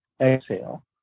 exhale